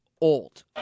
old